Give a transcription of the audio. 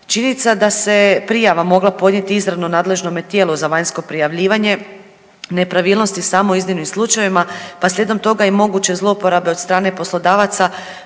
Činjenica da se prijava mogla podnijeti izravno nadležnome tijelu za vanjsko prijavljivanje nepravilnosti samo u iznimnim slučajevima, pa slijedom toga je i moguće zlouporabe od strane poslodavaca